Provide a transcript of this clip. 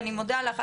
ואני מודה לך,